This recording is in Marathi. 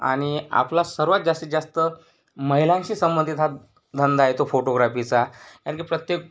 आणि आपला सर्वात जास्तीत जास्त महिलांशी संबंधित हा धंदा आहे तो फोटोग्राफीचा कारण की प्रत्येक